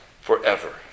forever